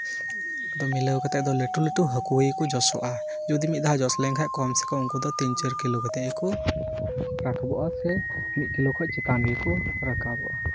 ᱮᱠᱫᱚᱢ ᱢᱤᱞᱟᱹᱣ ᱠᱟᱛᱮᱫ ᱫᱚ ᱞᱟᱹᱴᱩ ᱞᱟᱹᱴᱩ ᱦᱟᱹᱠᱩ ᱜᱮᱠᱚ ᱡᱚᱥᱚᱜᱼᱟ ᱡᱩᱫᱤ ᱢᱤᱫ ᱫᱷᱟᱣ ᱡᱚᱥ ᱞᱮᱱ ᱠᱷᱟᱱ ᱠᱚᱢ ᱥᱮ ᱠᱚᱢ ᱩᱱᱠᱩᱫᱚ ᱛᱤᱱ ᱪᱟᱹᱨ ᱠᱤᱞᱳ ᱠᱟᱛᱮᱫ ᱜᱮᱠᱚ ᱨᱟᱠᱟᱵᱚᱜᱼᱟ ᱥᱮ ᱢᱤᱫ ᱠᱤᱞᱳ ᱠᱷᱚᱱ ᱪᱮᱛᱟᱱ ᱜᱮᱠᱚ ᱨᱟᱠᱟᱵᱚᱜᱼᱟ